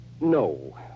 no